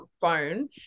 phone